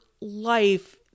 life